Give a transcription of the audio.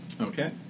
Okay